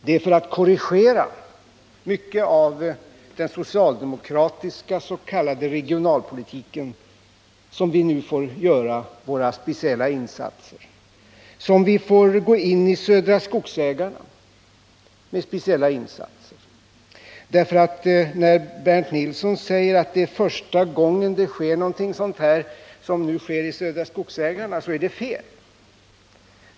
Det är för att korrigera mycket av den socialdemokratiska s.k. regionalpolitiken som vi nu får göra våra speciella insatser, t.ex. beträffande Södra Skogsägarna. När Bernt Nilsson säger att det är första gången någonting sådant sker är det fel.